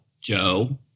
Joe